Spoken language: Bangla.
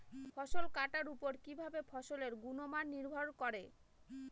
ফসল কাটার উপর কিভাবে ফসলের গুণমান নির্ভর করে?